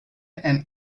and